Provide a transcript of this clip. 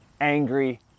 angry